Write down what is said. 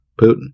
Putin